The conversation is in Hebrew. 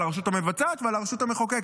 על הרשות המבצעת ועל הרשות המחוקקת?